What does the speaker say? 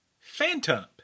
phantom